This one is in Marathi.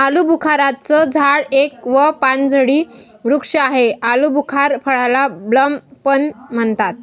आलूबुखारा चं झाड एक व पानझडी वृक्ष आहे, आलुबुखार फळाला प्लम पण म्हणतात